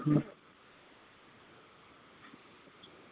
હ